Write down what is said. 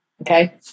Okay